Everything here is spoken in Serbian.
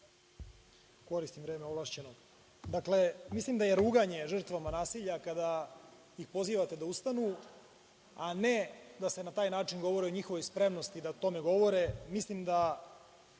Koristim vreme ovlašćenog